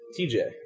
TJ